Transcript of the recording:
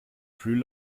plus